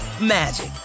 magic